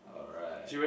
alright